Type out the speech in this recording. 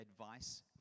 advice